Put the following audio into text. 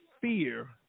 fear